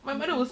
mm mm